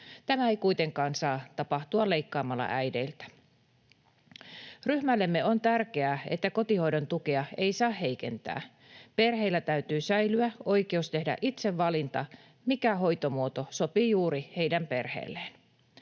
Tämä ei kuitenkaan saa tapahtua leikkaamalla äideiltä. Ryhmällemme on tärkeää, että kotihoidon tukea ei saa heikentää. Perheillä täytyy säilyä oikeus tehdä itse valinta, mikä hoitomuoto sopii juuri heidän perheelleen.